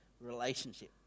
relationship